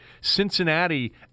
Cincinnati